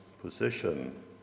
position